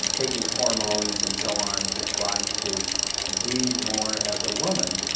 taking hormones and so on to try to be more as a woman.